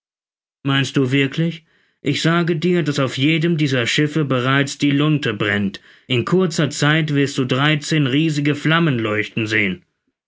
meinst du wirklich ich sage dir daß auf jedem dieser schiffe bereits die lunte brennt in kurzer zeit wirst du dreizehn riesige flammen leuchten sehen